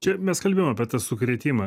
čia mes kalbėjom apie tą sukrėtimą